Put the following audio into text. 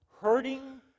hurting